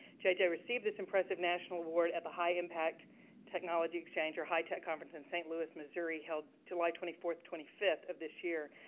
j j. received this impressive national award at the high impact technology exchange, or high tech conference, in saint louis, missouri held july twenty four twenty five of this year.